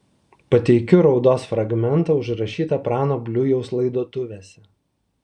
pateikiu raudos fragmentą užrašytą prano bliujaus laidotuvėse